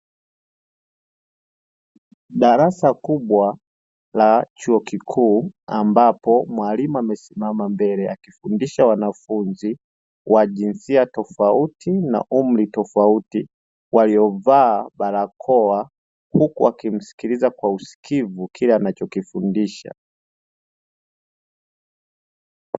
Darasa kubwa la chuo kikuu ambapo mwalimu amesimama mbele akifundisha wanafunzi wa jinsia tofauti na umri tofauti, waliovaa barakoa huku wakimsikiliza kwa usikivu kile anachofundisha.